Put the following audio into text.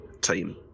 team